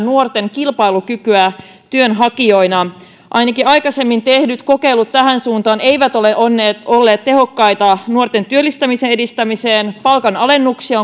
nuorten kilpailukykyä työnhakijoina ainakin aikaisemmin tehdyt kokeilut tähän suuntaan eivät ole olleet tehokkaita nuorten työllistämisen edistämisessä palkanalennuksia